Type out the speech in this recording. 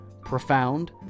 profound